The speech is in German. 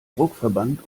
druckverband